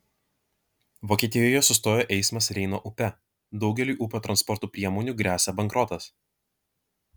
vokietijoje sustojo eismas reino upe daugeliui upių transporto įmonių gresia bankrotas